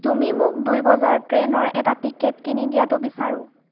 তুমি মোক দুই বজাৰ ট্ৰেইনৰ এটা টিকট কিনি দিয়াটো বিচাৰোঁ